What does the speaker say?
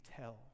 tell